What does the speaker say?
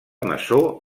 masó